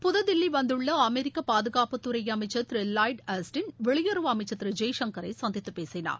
புதுதில்லி வந்துள்ள அமெரிக்கா பாதுகாப்புத்துறை அமைச்சர் திரு லாய்ட் ஆஸ்டின் வெளியுறவு அமைச்சர் திரு ஜெய்சங்கரை சந்தித்து பேசினார்